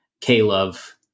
K-Love